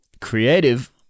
creative